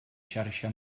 xarxa